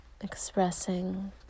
Expressing